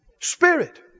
spirit